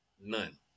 None